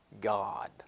God